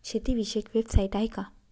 शेतीविषयक वेबसाइट आहे का?